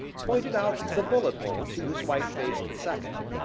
pointed out the bullet hole to his white-faced second.